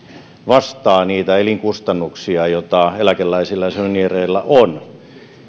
vastaa niitä elinkustannuksia joita eläkeläisillä ja senioreilla on